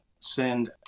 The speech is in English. send